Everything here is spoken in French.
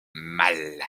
mâle